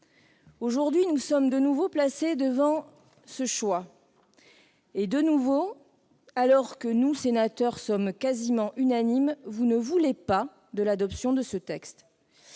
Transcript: Aujourd'hui, nous sommes de nouveau placés devant ce choix. Et, de nouveau, alors que les sénateurs sont quasiment unanimes, vous ne voulez pas de l'adoption de ce texte.